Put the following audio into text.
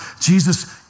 Jesus